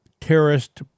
terrorist